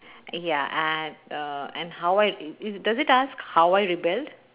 ya and err and how I i~ does it ask how I rebelled